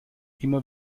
immer